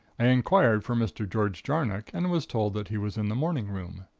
i inquired for mr. george jarnock and was told that he was in the morning room.